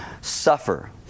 suffer